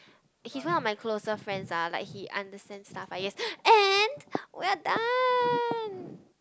he's one of my closer friends ah like he understands stuff I guess and we're done